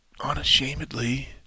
unashamedly